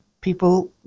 people